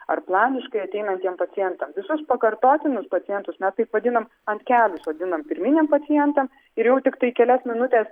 ar planiškai ateinantiem pacientam visos pakartotinus pacientus mes taip vadinam ant kelių sodinam pirminiam pacientą ir jau tiktai kelias minutes